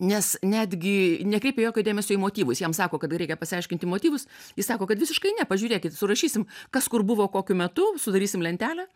nes netgi nekreipia jokio dėmesio į motyvus jam sako kad reikia pasiaiškinti motyvus jis sako kad visiškai ne pažiūrėkit surašysim kas kur buvo kokiu metu sudarysim lentelę